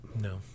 No